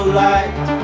light